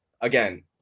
again